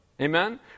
Amen